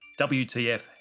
WTF